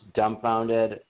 dumbfounded